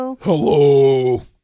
Hello